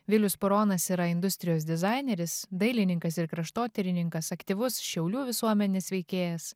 vilius puronas yra industrijos dizaineris dailininkas ir kraštotyrininkas aktyvus šiaulių visuomenės veikėjas